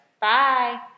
Bye